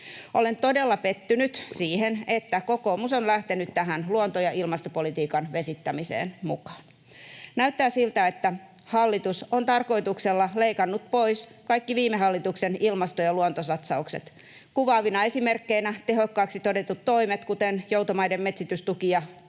Olen todella pettynyt siihen, että kokoomus on lähtenyt tähän luonto- ja ilmastopolitiikan vesittämiseen mukaan. Näyttää siltä, että hallitus on tarkoituksella leikannut pois kaikki viime hallituksen ilmasto- ja luontosatsaukset, kuvaavina esimerkkeinä tehokkaiksi todetut toimet, kuten joutomaiden metsitystuki